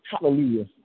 Hallelujah